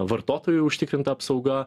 vartotojų užtikrinta apsauga